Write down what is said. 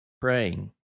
Praying